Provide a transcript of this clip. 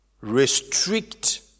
restrict